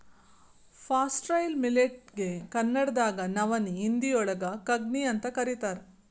foxtail millet ಗೆ ಕನ್ನಡದಾಗ ನವನಿ, ಹಿಂದಿಯೋಳಗ ಕಂಗ್ನಿಅಂತ ಕರೇತಾರ